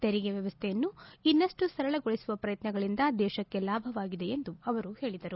ತೆರಿಗೆ ವ್ಣವಸ್ಥೆಯನ್ನು ಇನ್ನಷ್ಟು ಸರಳಗೊಳಿಸುವ ಪ್ರಯತ್ನಗಳಿಂದ ದೇಶಕ್ಕೆ ಲಾಭವಾಗಿದೆ ಎಂದು ಅವರು ಹೇಳಿದರು